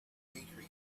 bakery